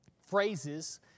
phrases